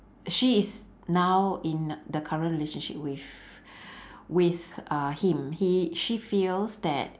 she is now in the current relationship with with uh him he she feels that